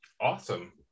Awesome